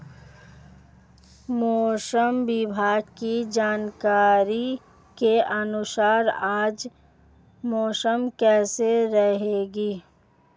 मौसम विभाग की जानकारी के अनुसार आज मौसम कैसा रहेगा?